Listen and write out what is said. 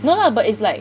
no lah but it's like